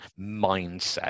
mindset